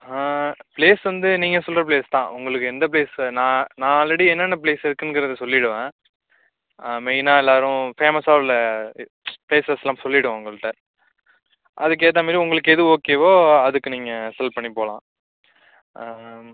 place வந்து நீங்கள் சொல்கிற பிளேஸ்தான் உங்களுக்கு எந்த பிளேஸ் நான் நான் ஆல்ரெடி என்னென்ன பிளேஸ் இருக்குங்கிறதை சொல்லிவிடுவேன் மெயினாக எல்லாரும் ஃபேமஸாக உள்ள பிளேசஸ்லாம் சொல்லிவிடுவேன் உங்கள்கிட்ட அதுக்கேற்றா மாதிரி உங்களுக்கு எது ஓகேவோ அதுக்கு நீங்கள் ஃபில் பண்ணி போலாம்